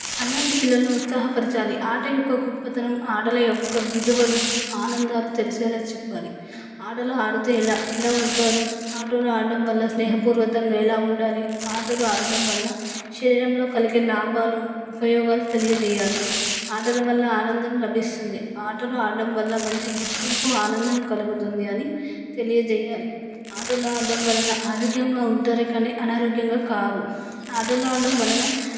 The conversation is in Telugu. అలాంటి పిల్లలను ఉత్సాహపరచాలి ఆట యొక్క గొప్పతనం ఆటల యొక్క విలువలు ఆనందాలు తెలిసేలా చెప్పాలి ఆటలు ఆడితే ఎలా ఎలా ఉంటారు ఆటలు ఆడటం వల్ల స్నేహపూర్వకంగా ఎలా ఉండాలి ఆటలు ఆడటం వల్ల శరీరంలో కలిగే లాభాలు ఉపయోగాలు తెలియజేయాలి ఆటలు వల్ల ఆనందం లభిస్తుంది ఆటలు ఆడటం వల్ల మంచి గుర్తింపు ఆనందం కలుగుతుంది అని తెలియజేయాలి ఆటలు ఆడటం వల్ల ఆరోగ్యంగా ఉంటారే కానీ అనారోగ్యంగా కారు ఆటలు ఆడటం వలన